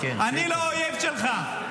אני לא האויב שלך.